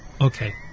okay